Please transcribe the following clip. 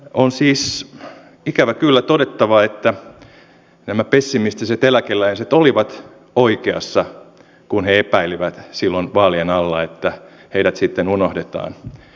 on siis ikävä kyllä todettava että nämä pessimistiset eläkeläiset olivat oikeassa kun he epäilivät silloin vaalien alla että heidät sitten unohdetaan